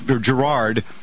Gerard